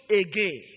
again